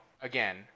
again